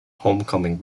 homecoming